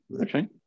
Okay